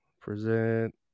Present